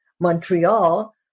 Montreal